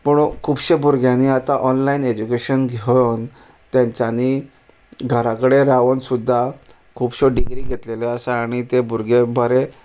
पुणू खुबशे भुरग्यानी आतां ऑनलायन एजुकेशन घेवन तांच्यानी घरा कडेन रावून सुद्दां खुबश्यो डिग्री घेतलेल्यो आसा आनी ते भुरगे बरे